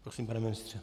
Prosím, pane ministře.